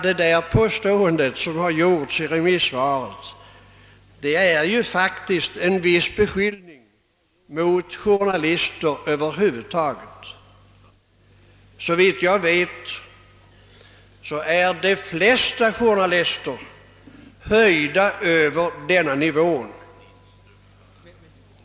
Det påstående som har giorts i remissvaret innebär faktiskt en viss beskyllning mot journalister över huvud taget. Såvitt jag vet är de flesta journalister höjda över denna nivå.